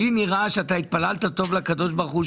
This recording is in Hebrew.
נראה לי שהתפללת טוב לקדוש ברוך הוא,